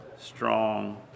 strong